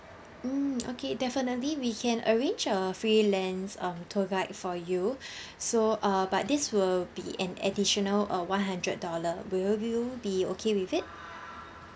mm okay definitely we can arrange a freelance um tour guide for you so uh but this will be an additional uh one hundred dollar will will you be okay with it